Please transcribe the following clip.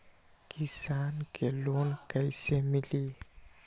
किसान के लोन कैसे मिली?